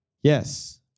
Yes